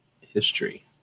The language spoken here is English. history